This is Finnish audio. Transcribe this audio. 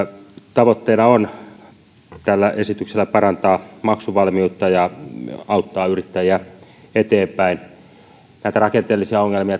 tavoitteena on tällä esityksellä parantaa maksuvalmiutta ja auttaa yrittäjiä eteenpäin näitä rakenteellisia ongelmia